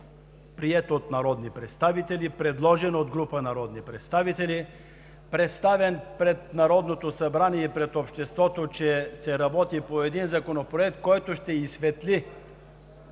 приет от народни представители, предложен от група народни представители, представен пред Народното събрание и пред обществото, че се работи по Законопроект, който ще изсветли